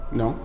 no